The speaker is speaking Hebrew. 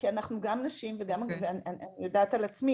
כי אנחנו גם נשים וגם אני יודעת על עצמי